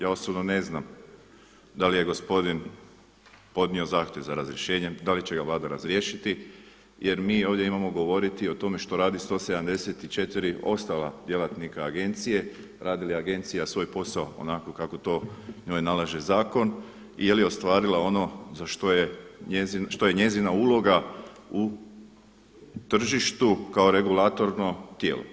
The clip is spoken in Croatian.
Ja osobno ne znam da li je gospodin podnio zahtjev za razrješenjem, da li će ga Vlada razriješiti jer mi ovdje imamo govoriti o tome što radi 174 ostala djelatnika agencije, radi li agencija svoj posao onako kako to njoj nalaže zakon i je li ostvarila što je njezina uloga u tržištu kao regulatorno tijelo.